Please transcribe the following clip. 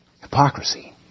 Hypocrisy